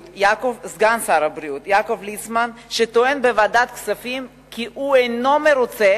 סגן שר הבריאות יעקב ליצמן טוען בוועדת הכספים כי הוא אינו מרוצה